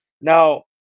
now